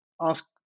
Ask